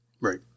Right